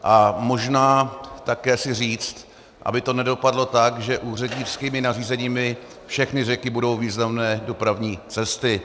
A možná také si říct, aby to nedopadlo tak, že úřednickými nařízeními všechny řeky budou významné dopravní cesty.